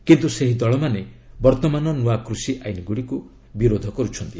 କିନ୍ତୁ ସେହି ଦଳମାନେ ବର୍ତ୍ତମାନ ନୂଆ କୃଷି ଆଇନଗୁଡ଼ିକୁ ବରୋଧ କରୁଛନ୍ତି